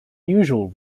usual